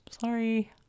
Sorry